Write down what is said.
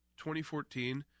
2014